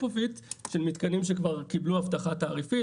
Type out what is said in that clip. לכך של מתקנים שכבר קיבלו הבטחה תעריפית,